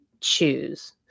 choose